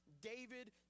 David